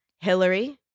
Hillary